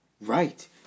Right